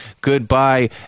Goodbye